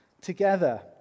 together